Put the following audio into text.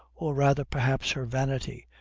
or rather perhaps her vanity,